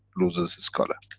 loses its color.